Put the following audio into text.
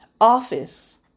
Office